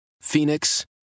Phoenix